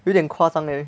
有点夸张 leh